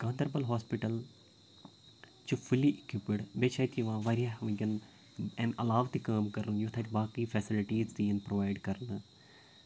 Ganderbal hospital یہِ چھ fully equipped بییہِ چھِ اتہِ یِوان واریاہ وٕنۍکٮ۪ن اَمہِ علاو تہٕ کٲم کَرن یُتھ اَتہِ باقی فیسلٹیٖز تہٕ یِن پُرٛووایِڈ کَرنہٕ